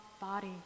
body